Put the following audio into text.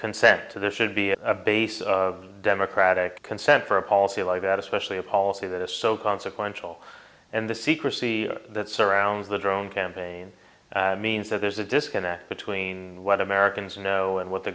consent to this should be a base of democratic consent for a policy like that especially a policy that is so consequential and the secrecy that surrounds the drone campaign means that there's a disconnect between what americans know and what the